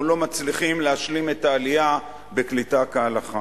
לא מצליחים להשלים את העלייה בקליטה כהלכה.